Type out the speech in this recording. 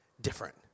different